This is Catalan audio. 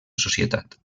societat